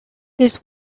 this